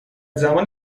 زمان